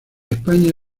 españa